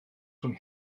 rhwng